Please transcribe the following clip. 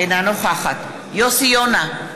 אינה נוכחת יוסי יונה,